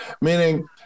Meaning